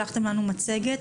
שלחתם לנו מצגת.